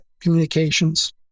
communications